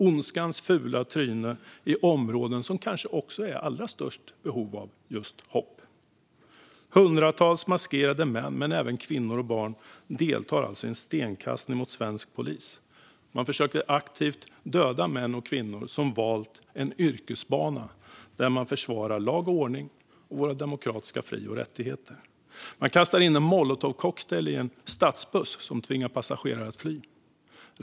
Ondskan stack upp sitt fula tryne i de områden som kanske är i allra störst behov av just hopp. Hundratals maskerade män och även kvinnor och barn deltog i stenkastning mot svensk polis. Man försökte aktivt döda män och kvinnor som valt en yrkesbana som handlar om att försvara lag och ordning och våra demokratiska fri och rättigheter. Man kastade in en molotovcocktail i en stadsbuss, vilket tvingade passagerare att fly.